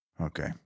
Okay